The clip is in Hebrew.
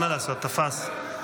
אין מה לעשות, תפס.